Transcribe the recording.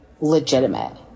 legitimate